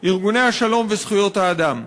ארגוני השלום וזכויות האדם.